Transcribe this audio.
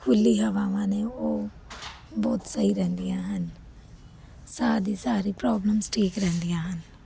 ਖੁੱਲ੍ਹੀ ਹਵਾਵਾਂ ਨੇ ਉਹ ਬਹੁਤ ਸਹੀ ਰਹਿੰਦੀਆਂ ਹਨ ਸਾਹ ਦੀ ਸਾਰੀ ਪ੍ਰੋਬਲਮਸ ਠੀਕ ਰਹਿੰਦੀਆਂ ਹਨ